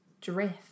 drift